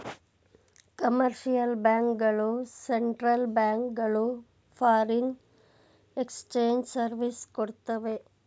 commercial bank ಗಳು central bank ಗಳು foreign exchange service ಕೊಡ್ತವೆ